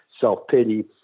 self-pity